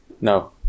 no